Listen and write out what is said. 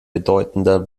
bedeutender